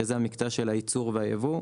שזה המקטע של הייצור והיבוא,